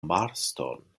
marston